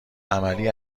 عملی